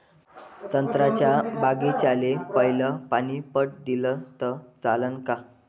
संत्र्याच्या बागीचाले पयलं पानी पट दिलं त चालन का?